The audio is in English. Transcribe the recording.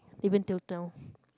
even till now